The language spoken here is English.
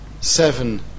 seven